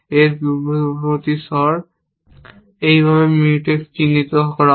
এবং পূর্ববর্তী স্তর এইভাবে Mutex হিসাবে চিহ্নিত করা হয়